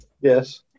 yes